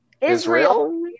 israel